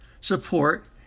support